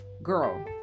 Girl